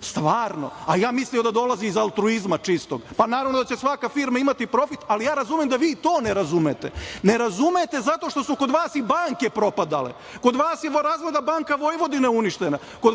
stvarno, a ja mislio da dolazi iz altruizma čisto. Naravno da će svaka firma imati profit, ali ja razumem da vi i to ne razumete, ne razumete zato što su kod vas i banke propadale, kod vas je Razvojna banka Vojvodine uništena, kod vas